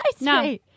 No